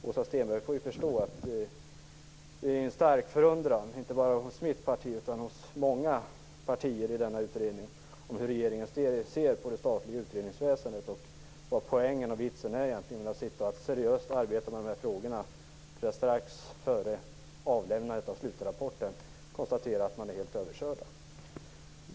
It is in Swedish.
Åsa Stenberg får förstå att man känner en stark förundran inte bara från mitt parti utan från många partier i denna utredning inför hur regeringen ser på det statliga utredningsväsendet. Kontentan är att utredningen har arbetat seriöst med dessa frågor men strax före avlämnandet av slutrapporten kan konstatera att den är helt överkörd.